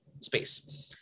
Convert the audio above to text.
space